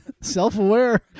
Self-aware